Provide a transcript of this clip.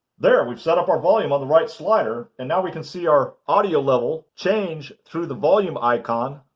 there! we've set up our volume on the right slider and now we can see our audio level change through the volume icon